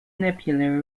nebula